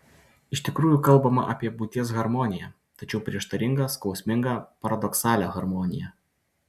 iš tikrųjų kalbama apie būties harmoniją tačiau prieštaringą skausmingą paradoksalią harmoniją